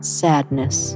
sadness